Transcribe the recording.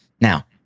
Now